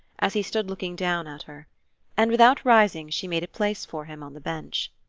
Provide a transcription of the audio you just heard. as he stood looking down at her and without rising she made a place for him on the bench.